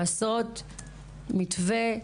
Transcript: לעשות מתווה,